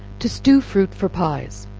to stew fruit for pies.